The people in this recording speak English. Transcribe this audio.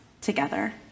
together